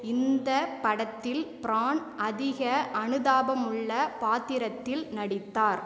இந்த படத்தில் பிரான் அதிக அனுதாபமுள்ள பாத்திரத்தில் நடித்தார்